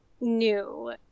new